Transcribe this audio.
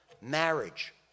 marriage